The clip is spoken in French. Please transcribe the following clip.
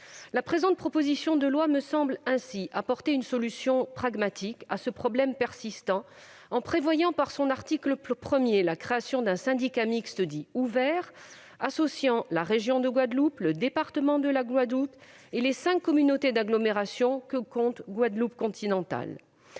Le présent texte me semble ainsi apporter une solution pragmatique à ce problème persistant. Par son article 1, il crée un syndicat mixte dit « ouvert », associant la région de Guadeloupe, le département de la Guadeloupe et les cinq communautés d'agglomération que compte la Guadeloupe continentale.